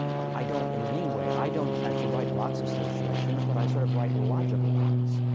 i don't in any way i don't actually write lots of stage directions but i sort of write logical ones.